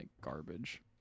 garbage